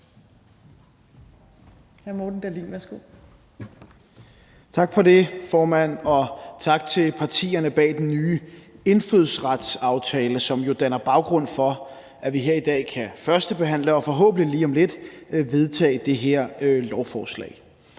Tak for det, formand, og tak til partierne bag den nye indfødsretsaftale, som jo danner baggrund for, at vi her i dag kan førstebehandle og forhåbentlig lige om lidt vedtage det her lovforslag.